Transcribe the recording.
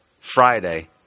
Friday